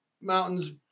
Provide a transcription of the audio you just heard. mountains